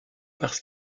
parce